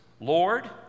lord